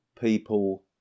people